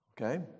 Okay